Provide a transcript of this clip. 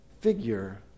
figure